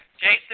Jason